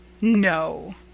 No